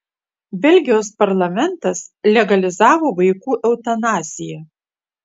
belgijos parlamentas legalizavo vaikų eutanaziją